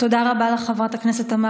שום אבטלה על חודש